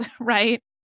right